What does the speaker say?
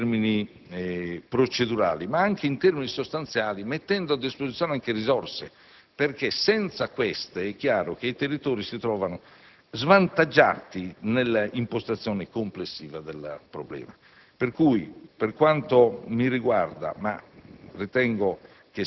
parchi, non solo in termini procedurali, ma anche in termini sostanziali, mettendo anche a disposizione risorse. Senza queste ultime, infatti, è chiaro che i territori si trovano svantaggiati nell'impostazione complessiva del problema. Per quanto mi riguarda - ma